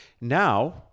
Now